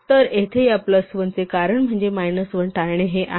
तर येथे या प्लस 1 चे कारण म्हणजे मायनस 1 टाळणे हे आहे